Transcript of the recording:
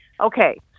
Okay